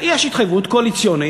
יש התחייבות קואליציונית,